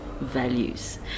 values